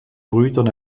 brüdern